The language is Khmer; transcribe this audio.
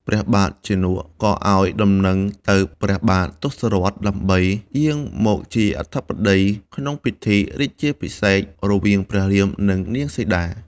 ព្រះបាទជន ក៏ឱ្យដំណឹងទៅព្រះបាទទសរថ ដើម្បីយាងមកជាអធិបតី ក្នុងពិធី រាជាភិសេករវាងព្រះរាម និងនាងសីតា។